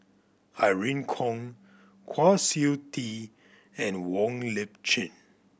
Irene Khong Kwa Siew Tee and Wong Lip Chin